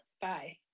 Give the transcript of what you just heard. Bye